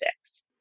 sticks